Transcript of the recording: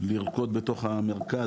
לרקוד בתוך המרכז,